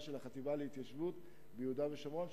של החטיבה להתיישבות ביהודה ושומרון.